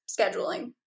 scheduling